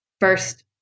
first